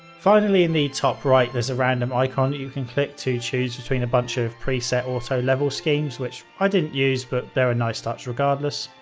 finally, in the top right, there's a random icon that you can click to choose between a bunch of pre-set auto level schemes, which i didn't use, but they're a nice touch regardless,